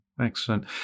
excellent